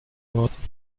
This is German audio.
erwarten